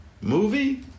Movie